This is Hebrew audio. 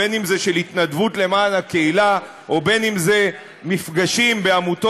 בין של התנדבות למען הקהילה ובין של מפגשים בעמותות